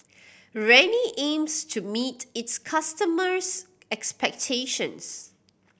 Rene aims to meet its customers' expectations